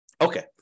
Okay